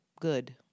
good